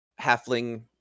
halfling